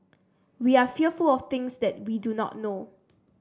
we are fearful of things that we do not know